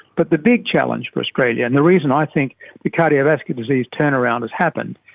but the big challenge for australia and the reason i think the cardiovascular disease turnaround has happened,